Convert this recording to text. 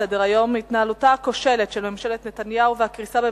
8, לא היו מתנגדים, לא היו נמנעים.